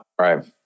Right